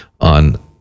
on